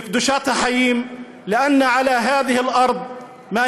לקדושת החיים, (אומר בערבית: